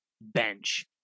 bench